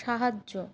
সাহায্য